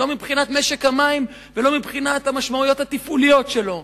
לא מבחינת משק המים ולא מבחינת המשמעויות התפעוליות שלו,